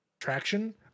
traction